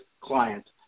clients